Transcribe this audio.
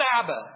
sabbath